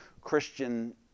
Christian